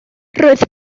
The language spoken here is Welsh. roedd